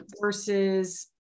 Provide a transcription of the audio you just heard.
versus